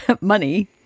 money